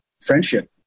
friendship